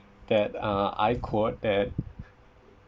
that uh I quote that